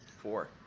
Four